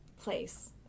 place